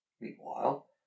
Meanwhile